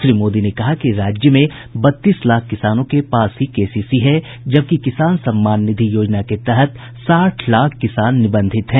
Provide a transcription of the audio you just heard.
श्री मोदी ने कहा कि राज्य में बत्तीस लाख किसानों के पास ही केसीसी है जबकि किसान सम्मान निधि योजना के तहत साठ लाख किसान निबंधित हैं